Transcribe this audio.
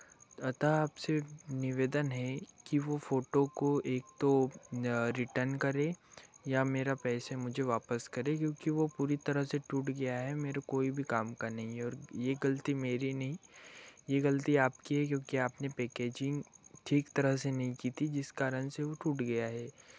तथा आपसे निवेदन है कि वो फोटो को एक तो रिटर्न करें या मेरा पैसे मुझे वापस करें क्योंकि वो पूरी तरह से टूट गया है मेरे कोई भी काम का नहीं है और ये गलती मेरी नहीं ये गलती आपकी है क्योंकि आपने पैकिज़िंग ठीक तरह से नहीं की थी जिस कारण से वो टूट गया है